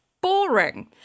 boring